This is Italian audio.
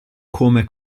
come